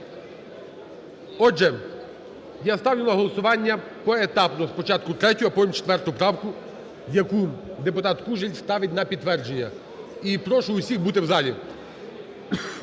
Отже, я ставлю на голосування поетапно: спочатку 3-ю, а потім 4 правку, яку депутат Кужель ставить на підтвердження. І прошу всіх бути в залі.